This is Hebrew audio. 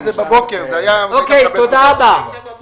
תודה.